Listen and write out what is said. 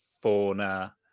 Fauna